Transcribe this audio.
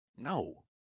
no